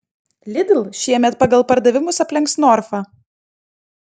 lidl šiemet pagal pardavimus aplenks norfą